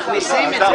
מכניסים את זה.